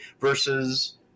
versus